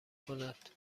کند